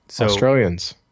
Australians